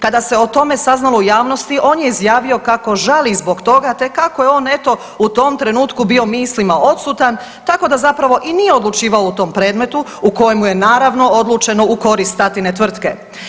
Kada se o tome saznalo u javnosti on je izjavio kako žali zbog toga te kako je on eto u tom trenutku bio mislima odsutan tako da zapravo i nije odlučivao u tom predmetu u kojemu je naravno odlučeno u korist tatine tvrtke.